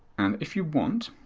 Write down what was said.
and if you want,